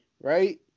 right